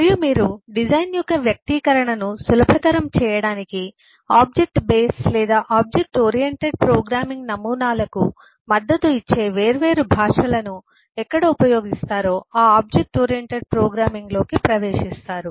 మరియు మీరు డిజైన్ యొక్క వ్యక్తీకరణను సులభతరం చేయడానికి ఆబ్జెక్ట్ బేస్డ్ లేదా ఆబ్జెక్ట్ ఓరియెంటెడ్ ప్రోగ్రామింగ్ నమూనాలకు మద్దతు ఇచ్చే వేర్వేరు భాషలను ఎక్కడ ఉపయోగిస్తారో ఆ ఆబ్జెక్ట్ ఓరియెంటెడ్ ప్రోగ్రామింగ్లోకి ప్రవేశిస్తారు